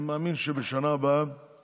אני מאמין שבשנה הבאה